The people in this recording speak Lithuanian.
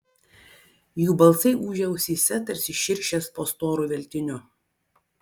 jų balsai ūžė ausyse tarsi širšės po storu veltiniu